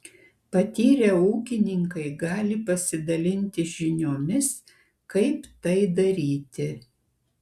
patyrę ūkininkai gali pasidalinti žiniomis kaip tai daryti